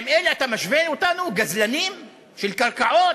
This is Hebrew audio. לאלה אתה משווה אותנו, גזלנים של קרקעות?